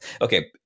Okay